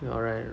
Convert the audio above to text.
alright